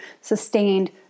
sustained